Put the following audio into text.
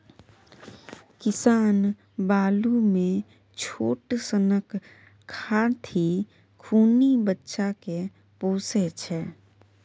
किसान बालु मे छोट सनक खाधि खुनि बच्चा केँ पोसय छै